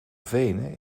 venen